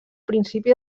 principi